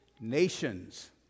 nations